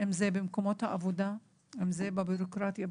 בין אם במקומות העבודה ובין אם בבירוקרטיה,